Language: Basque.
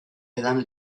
edan